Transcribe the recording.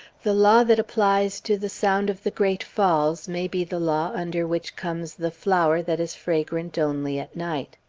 the law that applies to the sound of the great falls may be the law under which comes the flower that is fragrant only at night.